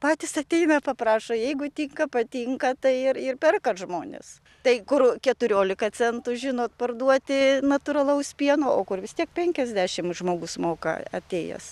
patys ateina paprašo jeigu tinka patinka tai ir ir perka žmonės tai kur keturiolika centų žinot parduoti natūralaus pieno o kur vis tiek penkiasdešimt žmogus moka atėjęs